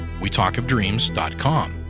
wetalkofdreams.com